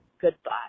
Goodbye